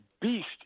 beast